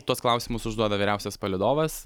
tuos klausimus užduoda vyriausias palydovas